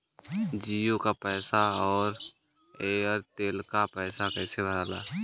जीओ का पैसा और एयर तेलका पैसा कैसे भराला?